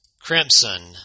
Crimson